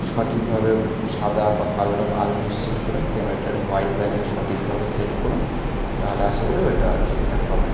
সটিকভাবে সাদা বা কালো রঙ আলো নিশ্চিত করুন ক্যামেরাটার হোয়াইট ব্যালেন্স সঠিকভাবে সেট করুন তাহালে আশা করি ওইটা ঠিকঠাক পাবেন